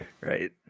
Right